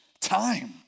time